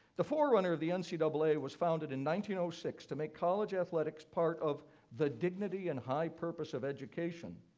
the forerunner of the and so ah ncaa was founded in one six to make college athletics part of the dignity and high purpose of education.